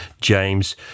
James